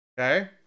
Okay